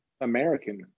American